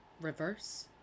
Reverse